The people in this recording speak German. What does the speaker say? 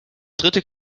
dritte